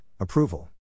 approval